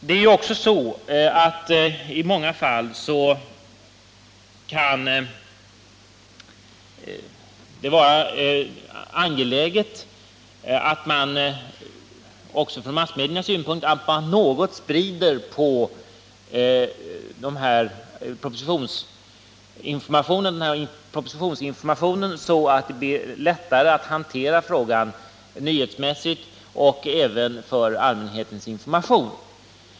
Det kan i många fall också från massmediernas synpunkt vara angeläget att man något delar upp propositionsinformationen, så att det blir lättare att hantera frågan nyhetsmässigt och även med hänsyn till allmänhetens information.